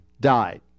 died